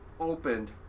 opened